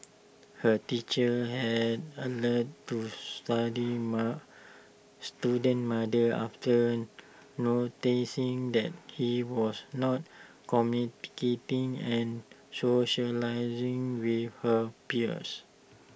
her teachers had alerted to study student's mother after noticing that he was not communicating and socialising with her peers